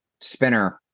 spinner